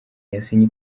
yasinye